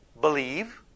believe